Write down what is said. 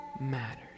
matters